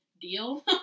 deal